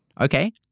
Okay